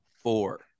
Four